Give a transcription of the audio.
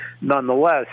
Nonetheless